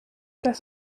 das